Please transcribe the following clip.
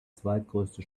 zweitgrößte